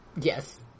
Yes